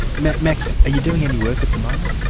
max, are you doing any work at the moment?